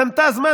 קנתה זמן.